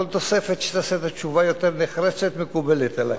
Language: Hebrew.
כל תוספת שתעשה את התשובה יותר נחרצת מקובלת עלי.